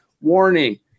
Warning